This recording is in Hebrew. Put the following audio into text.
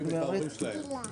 אנחנו עוברים לנושא הדיון,